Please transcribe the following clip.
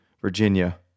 Virginia